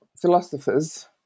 philosophers